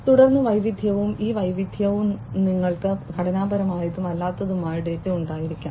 തുടർന്ന് വൈവിധ്യവും ഈ വൈവിധ്യവും നിങ്ങൾക്ക് ഘടനാപരമായതും അല്ലാത്തതുമായ ഡാറ്റ ഉണ്ടായിരിക്കാം